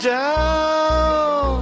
down